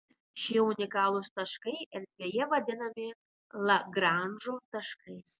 šie unikalūs taškai erdvėje vadinami lagranžo taškais